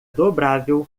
dobrável